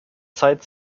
zeit